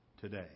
today